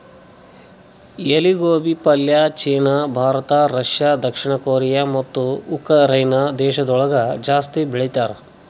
ಎಲಿ ಗೋಬಿ ಪಲ್ಯ ಚೀನಾ, ಭಾರತ, ರಷ್ಯಾ, ದಕ್ಷಿಣ ಕೊರಿಯಾ ಮತ್ತ ಉಕರೈನೆ ದೇಶಗೊಳ್ದಾಗ್ ಜಾಸ್ತಿ ಬೆಳಿತಾರ್